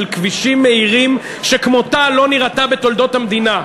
של כבישים מהירים שכמותה לא נראתה בתולדות המדינה.